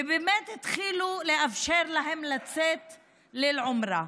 ובאמת התחילו לאפשר להן לצאת לאל-עומרה.